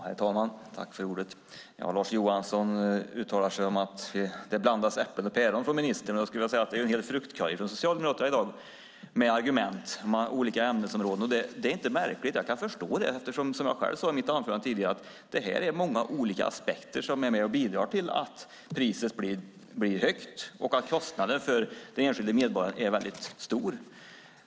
Herr talman! Lars Johansson säger att det blandas äpplen och päron från ministerns sida. Jag skulle vilja säga att det är en hel fruktkorg med argument från Socialdemokraterna i dag - det är olika ämnesområden. Det är inte märkligt. Jag kan förstå det, eftersom, som jag själv sade i mitt anförande tidigare, det är många olika aspekter som är med och bidrar till att priset blir högt och att kostnaden för den enskilde medborgaren är väldigt stor.